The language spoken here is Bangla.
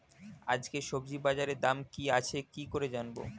আজকে সবজি বাজারে দাম কি আছে কি করে জানবো?